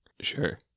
Sure